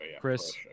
Chris